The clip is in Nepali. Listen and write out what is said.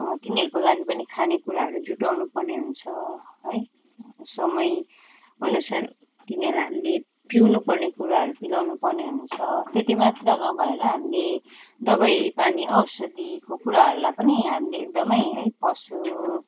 तिनीहरूको लागि पनि खानेकुराहरू जुटाउनु पर्ने हुन्छ है समय अनुसार तिनीहरूलाई हामीले पिउनु पर्ने कुराहरू पिलाउनु पर्ने हुन्छ त्यति मात्र नभएर हामीले दबाई पानी औषधीको कुराहरूलाई पनि हामीले एकदम है पशु